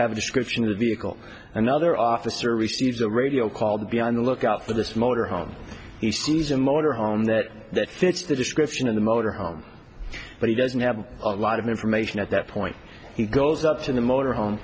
have a description of the ickle another officer receives a radio call be on the lookout for this motor home he sees a motor home that fits the description of the motor home but he doesn't have a lot of information at that point he goes up to the motor home